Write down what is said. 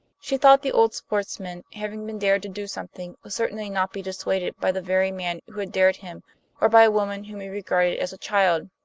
she thought the old sportsman, having been dared to do something, would certainly not be dissuaded by the very man who had dared him or by a woman whom he regarded as a child.